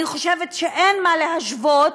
אני חושבת שאין מה להשוות,